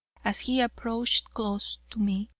as he approached close to me,